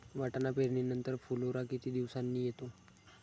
वाटाणा पेरणी नंतर फुलोरा किती दिवसांनी येतो?